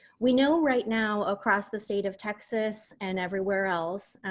we know right now across the state of texas and everywhere else,